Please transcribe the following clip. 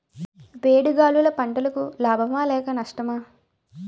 వేడి గాలులు పంటలకు లాభమా లేక నష్టమా?